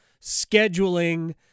scheduling